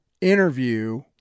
interview